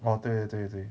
orh 对对对